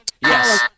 Yes